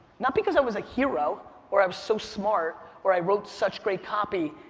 not because i was a hero or i was so smart or i wrote such great copy,